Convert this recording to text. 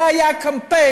זה היה קמפיין,